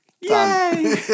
Yay